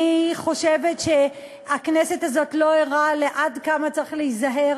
אני חושבת שהכנסת הזו לא ערה עד כמה צריך להיזהר